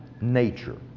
nature